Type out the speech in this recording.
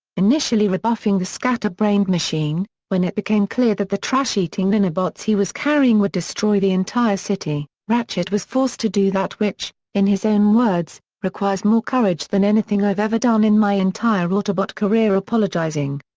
initially rebuffing the scatterbrained machine, when it became clear that the trash-eating nanobots he was carrying would destroy the entire city, ratchet was forced to do that which, in his own words, requires more courage than anything i've ever done in my entire autobot career apologizing.